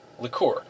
liqueur